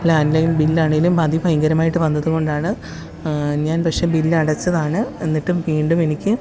landline ബില്ലാണെങ്കിലും അതിഭയങ്കരമായിട്ട് വന്നതുകൊണ്ടാണ് ഞാന് പക്ഷേ ബില്ലടച്ചതാണ് എന്നിട്ടും വീണ്ടും എനിക്ക്